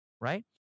right